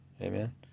amen